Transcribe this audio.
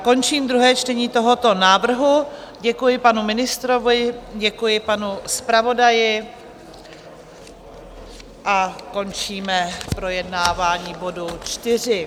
Končím druhé čtení tohoto návrhu, děkuji panu ministrovi, děkuji panu zpravodaji a končíme projednávání bodu 4.